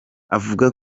avuga